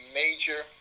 major